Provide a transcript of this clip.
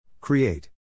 Create